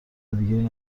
دیگهای